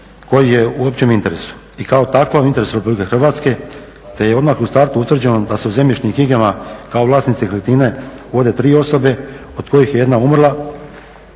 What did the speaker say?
koji je u općem interesu i kao takva u interesu RH te je odmah u startu utvrđeno da se u zemljišnim knjigama kao vlasnici nekretnine vode tri osobe od kojih je jedna umrla,